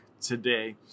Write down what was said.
today